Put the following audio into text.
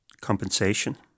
compensation